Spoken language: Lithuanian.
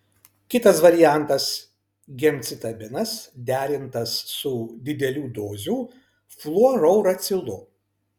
kitas variantas gemcitabinas derintas su didelių dozių fluorouracilu